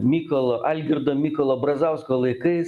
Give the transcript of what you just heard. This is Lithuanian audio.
mykolo algirdo mykolo brazausko laikais